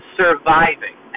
surviving